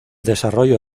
desarrollo